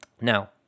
now